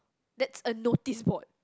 that's a notice board